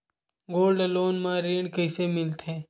Gold loan म ऋण कइसे मिलथे?